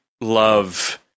love